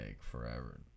forever